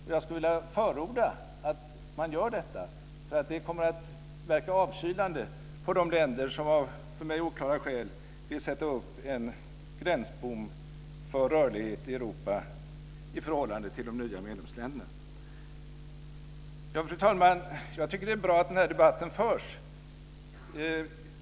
Och jag skulle vilja förorda att man gör detta, för det kommer att verka avkylande för de länder som av för mig oklara skäl vill sätta upp en gränsbom för rörlighet i Europa för de nya medlemsländerna. Fru talman! Jag tycker att det är bra att den här debatten förs.